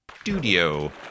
Studio